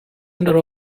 under